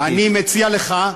אני מציע לך,